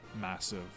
massive